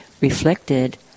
reflected